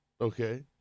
Okay